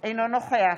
אינו נוכח